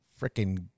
freaking